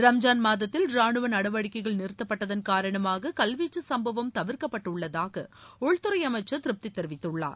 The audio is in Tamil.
ரம்ஜான் மாதத்தில் ரானுவ நடவடிக்கைகள் நிறுத்தப்பட்டதள் காரணமாக கல்வீச்சு சம்பவம் தவிர்க்கப்பட்டுள்ளதாக உள்துறை அமைச்சர் திருப்தி தெரிவித்துள்ளார்